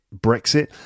Brexit